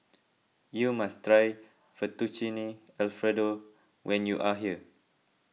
you must try Fettuccine Alfredo when you are here